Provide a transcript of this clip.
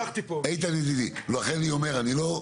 איתן ידידי, לכן אני אומר, אני לא,